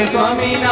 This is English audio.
Swami